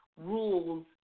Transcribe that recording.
rules